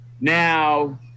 Now